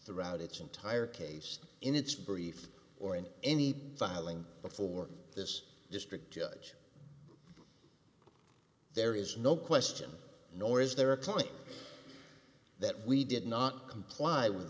throughout its entire case in its brief or in any filing before this district judge there is no question nor is there are claiming that we did not comply with